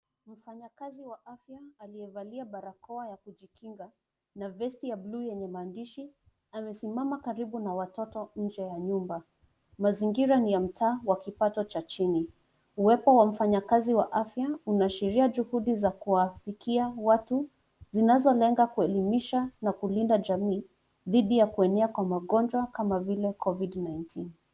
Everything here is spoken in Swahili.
Mfanyakazi wa afya aliyevalia barakoa ya kujikinga na vest ya bluu yenye maandishi amesimama karibu na watoto nje ya nyumba. Mazingira ni ya mtaa wa kipato cha chini. Uwepo wa mfanyakazi wa afya unaashiria juhudi za kuwafikia watu zinazolenga kuelimisha na kulinda jamii dhidi ya kuenea kwa magonjwa kama vile Covid 19 .